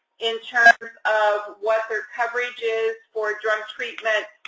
in terms of what their coverage is for drug treatment,